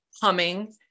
humming